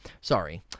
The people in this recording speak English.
sorry